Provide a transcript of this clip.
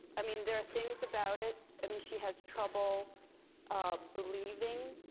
i mean, there are things about it i mean, she has trouble believing,